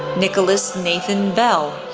nicholas nathan bell,